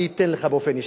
אני אתן לך באופן אישי,